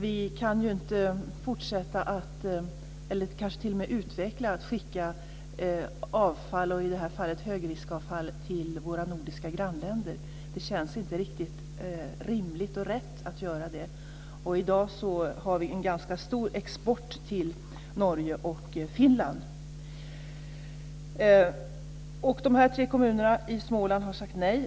Vi kan inte fortsätta med, och kanske t.o.m. utöka, sändningarna av högriskavfall till våra nordiska grannländer. Det känns inte riktigt rimligt och rätt att göra det. I dag har vi en ganska stor export till Norge och Finland. De här tre kommunerna i Småland har sagt nej.